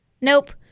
Nope